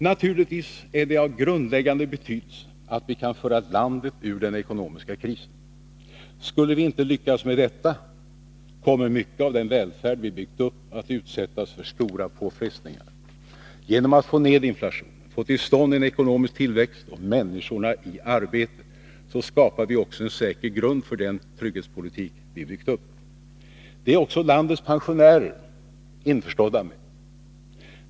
Naturligtvis är det av grundläggande betydelse att vi kan föra landet ur den ekonomiska krisen. Skulle vi inte lyckas med detta, kommer mycket av den välfärd vi byggt upp att utsättas för stora påfrestningar. Genom att få ned inflationen, få till stånd en ekonomisk tillväxt och få människor i arbete skapar vi också en säker grund för den trygghetspolitik vi byggt upp. Det är också landets pensionärer införstådda med.